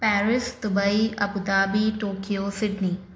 Paris Dubai Abu Dhabi Tokyo Sydney